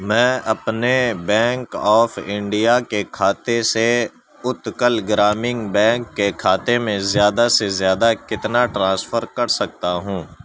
میں اپنے bank of India کے کھاتے سے اتکل گرامین بینک کے کھاتے میں زیادہ سے زیادہ کتنا ٹرانسفر کر سکتا ہوں